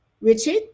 Richard